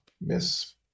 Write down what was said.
miss